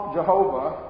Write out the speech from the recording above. Jehovah